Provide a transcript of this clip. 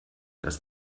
das